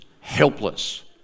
helpless